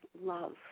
love